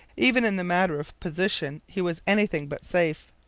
even in the matter of position he was anything but safe.